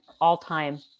all-time